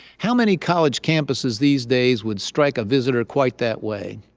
how many college campuses these days would strike a visitor quite that way?